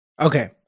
Okay